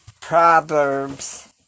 Proverbs